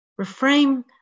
reframe